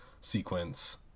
sequence